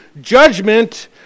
judgment